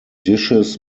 dishes